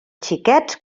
xiquets